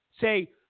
say